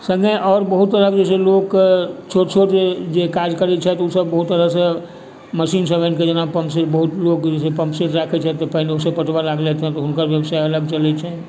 सङ्गे आओर बहुत तरहक जे लोगक छोट छोट जे काज करै छथि ओ सब बहुत तरहसँ मशीन सब आनिकऽ बहुत लोक सब पम्प सेट राखै छथि पानियोसँ पटबऽ लागलैए हुनकर व्यवसाय अलग चलै छनि